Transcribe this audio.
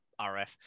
RF